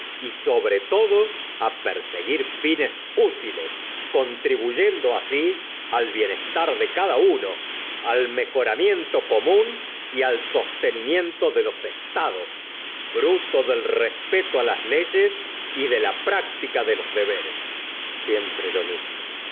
y sobre todo perseguir fines útiles contribuyendo así al bienestar de cada uno al mejoramiento común y al sostenimiento de los estados fruto del respeto las leyes y de la práctica de los deberes siempre lo mismo